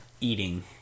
Eating